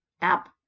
App